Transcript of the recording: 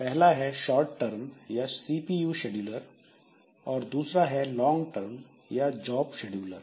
पहला है short term या सीपीयू शेड्यूलर और दूसरा है लॉन्ग टर्म या जॉब शेड्यूलर